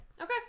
Okay